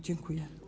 Dziękuję.